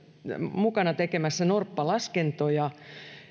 mukana tekemässä norppalaskentoja